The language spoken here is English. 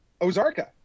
Ozarka